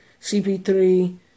CP3